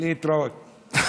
להתראות.